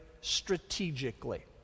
strategically